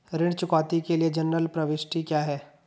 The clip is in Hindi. ऋण चुकौती के लिए जनरल प्रविष्टि क्या है?